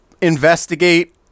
investigate